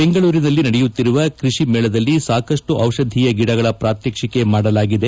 ಬೆಂಗಳೂರಿನಲ್ಲಿ ನಡೆಯುತ್ತಿರುವ ಕೃಷಿ ಮೇಳದಲ್ಲಿ ಸಾಕಷ್ಟು ಔಷಧೀಯ ಗಿಡಗಳ ಪ್ರಾತ್ಯಕ್ಷಿಕೆ ಮಾಡಲಾಗಿದೆ